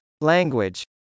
Language